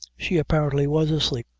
she apparently was asleep,